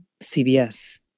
CBS